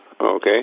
Okay